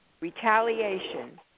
retaliation